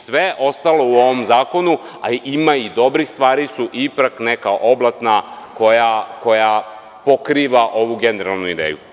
Sve ostalo u ovom zakonu, a ima i dobrih stvari, su ipak neka oblatna koja pokriva ovu generalnu ideju.